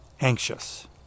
anxious